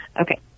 Okay